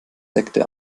sekte